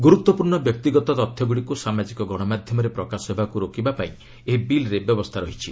ଗୁରୁତ୍ୱପୂର୍ଣ୍ଣ ବ୍ୟକ୍ତିଗତ ତଥ୍ୟଗୁଡ଼ିକୁ ସାମାଜିକ ଗଣମାଧ୍ୟମରେ ପ୍ରକାଶ ହେବାକୁ ରୋକିବା ପାଇଁ ଏହି ବିଲ୍ରେ ବ୍ୟବସ୍ଥା ରହିଛି